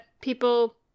people